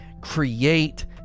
create